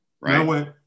right